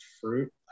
fruit